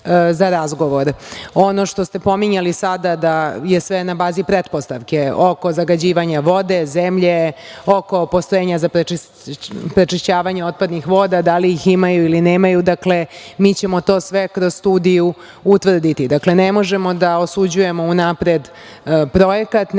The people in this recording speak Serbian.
što ste pominjali sada da je sve na bazi pretpostavke oko zagađivanja vode, zemlje, oko postrojenja za prečišćavanje otpadnih voda, da li ih imaju ili nemaju, mi ćemo sve to kroz studiju utvrditi. Dakle, ne možemo da osuđujemo unapred projekat, ne možemo da govorimo o negativnom